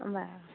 বাৰু